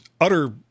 utter